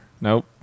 nope